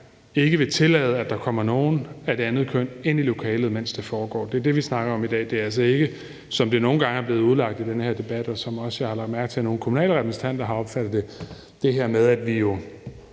ikke vil tillade, at der kommer nogen af det andet køn ind i lokalet, mens det foregår; det er dén, vi snakker om i dag. Det er altså ikke sådan, som det nogle gange er blevet udlagt i den her debat, og som jeg har lagt mærke til at nogle kommunale repræsentanter har opfattet det, altså i forhold